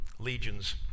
legions